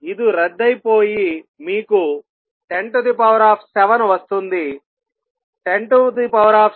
ఇది రద్దయిపోయి మీకు 107వస్తుంది